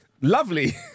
lovely